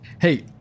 Hey